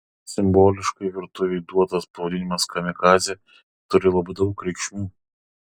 simboliškai virtuvei duotas pavadinimas kamikadzė turi labai daug reikšmių